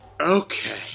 Okay